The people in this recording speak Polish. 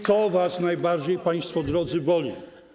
To was najbardziej państwo drodzy boli.